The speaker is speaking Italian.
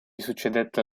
succedette